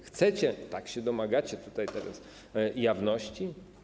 Chcecie, tak się domagacie teraz jawności.